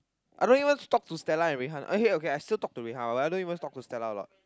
I don't even talk to Stella and Rui-Han okay okay I still talk to Rui-Han but I don't even talk Stella a lot